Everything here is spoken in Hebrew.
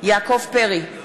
יעקב פרי,